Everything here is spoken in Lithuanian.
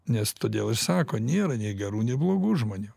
nes todėl ir sako nėra nei gerų nei blogų žmonių